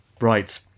Right